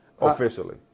Officially